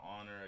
honor